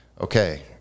okay